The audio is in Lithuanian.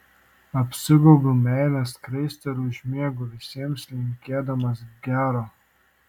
apsigaubiu meilės skraiste ir užmiegu visiems linkėdamas gero